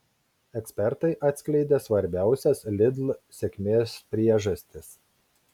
ekspertai atskleidė svarbiausias lidl sėkmės priežastis